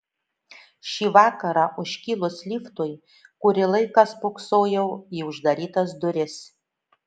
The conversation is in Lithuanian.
šį vakarą užkilus liftui kurį laiką spoksojau į uždarytas duris